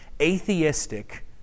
atheistic